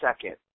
second